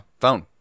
phone